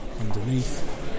underneath